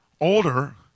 older